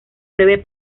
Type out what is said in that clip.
breve